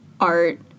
art